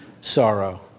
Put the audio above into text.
sorrow